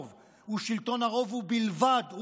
היא שלטון הרוב, ובלבד, ובתנאי